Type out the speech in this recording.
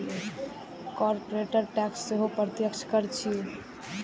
corporate tax सेहो प्रत्यक्ष कर छियै